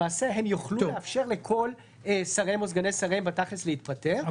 למעשה הן יוכלו לאפשר לכל שריהם או סגני שריהם בתכלס להתפטר,